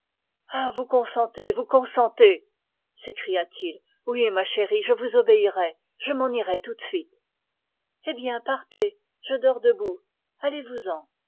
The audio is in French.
ah vous consentez vous consentez s'écria-t-il oui ma chérie je vous obéirai je m'en irai tout de suite eh bien je dors debout allez-vous-en